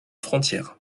frontière